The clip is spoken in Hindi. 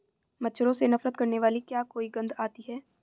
मच्छरों से नफरत करने वाली क्या कोई गंध आती है?